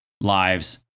lives